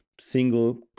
single